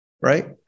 right